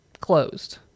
closed